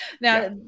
Now